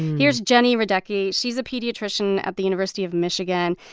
here's jenny radesky. she's a pediatrician at the university of michigan.